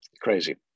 crazy